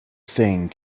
thing